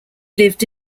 lived